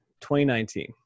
2019